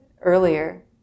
earlier